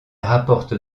rapporte